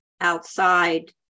outside